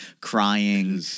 crying